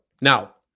Now